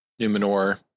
Numenor